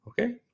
Okay